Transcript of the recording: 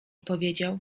powiedział